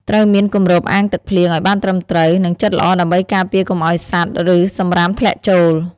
ត្រូវមានគម្របអាងទឹកភ្លៀងឲ្យបានត្រឹមត្រូវ និងជិតល្អដើម្បីការពារកុំឲ្យសត្វ ឬសំរាមធ្លាក់ចូល។